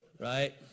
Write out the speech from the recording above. right